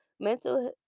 Mental